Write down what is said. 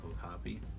copy